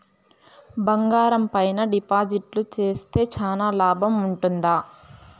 బంగారం పైన డిపాజిట్లు సేస్తే చానా లాభం ఉంటుందా?